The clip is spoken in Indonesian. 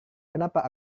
kenapa